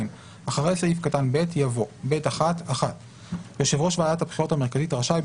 אחרי סעיף קטן (ב) יבוא: "(ב1)(1)יושב ראש ועדת הבחירות המרכזית רשאי,